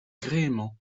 gréement